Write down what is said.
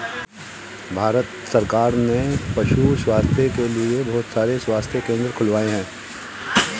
भारत सरकार ने पशु स्वास्थ्य के लिए बहुत सारे स्वास्थ्य केंद्र खुलवाए हैं